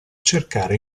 cercare